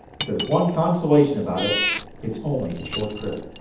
but there's one consolation about it it's only a short trip.